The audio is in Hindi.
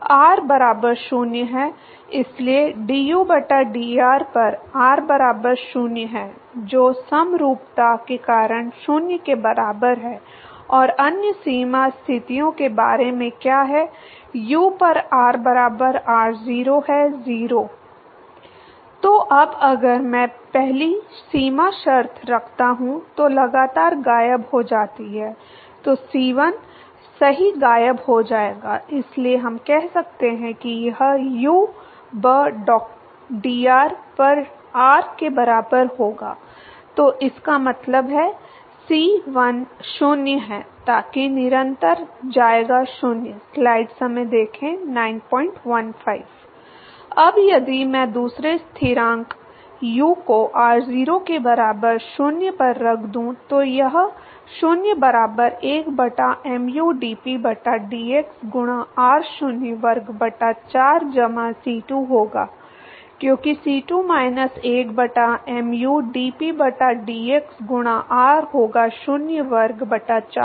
R बराबर 0 है इसलिए du बटा dr पर r बराबर 0 है जो समरूपता के कारण 0 के बराबर है और अन्य सीमा स्थितियों के बारे में क्या है u पर r बराबर r0 है 0 तो अब अगर मैं पहली सीमा शर्त रखता हूं जो लगातार गायब हो जाती है तो c1 सही गायब हो जाएगा इसलिए हम कह सकते हैं कि यह u ब dr पर r के बराबर होगा तो इसका मतलब है c1 0 है ताकि निरंतर जाएगा 0 अब यदि मैं दूसरे स्थिरांक u को r0 के बराबर 0 पर रख दूं तो यह 0 बराबर 1 बटा mu dp बटा dx गुणा r0 वर्ग बटा 4 जमा c2 होगा क्योंकि c2 माइनस 1 बटा mu dp बटा dx गुणा r होगा शून्य वर्ग बटा 4